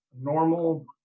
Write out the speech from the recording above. normal